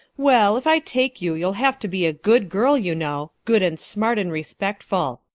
well, if i take you you'll have to be a good girl, you know good and smart and respectful.